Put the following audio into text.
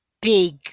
big